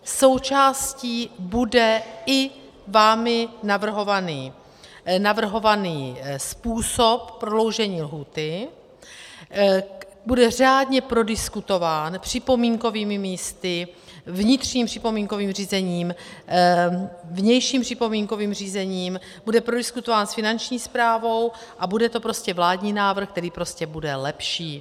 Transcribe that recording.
Součástí bude i vámi navrhovaný způsob prodloužení lhůty, bude řádně prodiskutován připomínkovými místy, vnitřním připomínkovým řízením, vnějším připomínkovým řízením, bude prodiskutován s Finanční správou a bude to prostě vládní návrh, který prostě bude lepší.